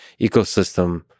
ecosystem